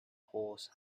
horse